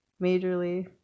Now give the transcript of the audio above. majorly